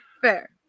fair